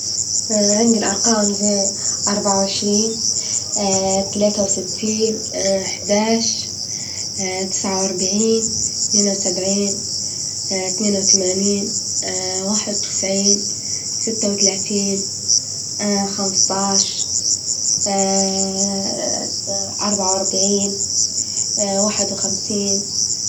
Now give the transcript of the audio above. عندي الارقام أربعة وعشرين، تلاتة وستين، إحداعش تسعة وأربعين، اتنين وسبعين، اتنين وتمانين، واحد وتسعين، ستة وتلاتين، خمس طاعش، أربعة وأربعين، واحد وخمسين.